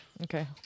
Okay